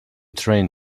train